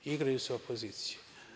Igraju se opozicije.